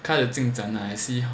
kind of 进展 lah I see